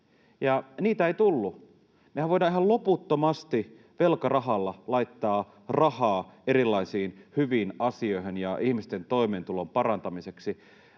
niitä ei tullut. Mehän voidaan ihan loputtomasti velkarahalla laittaa rahaa erilaisiin hyviin asioihin ja ihmisten toimeentulon parantamiseksi,